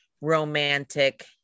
romantic